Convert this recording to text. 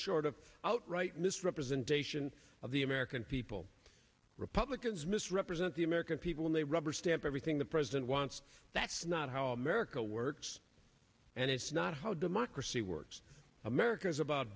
short of outright misrepresentation of the american people republicans misrepresent the american people when they rubber stamp everything the president wants that's not how america works and it's not how democracy works america is about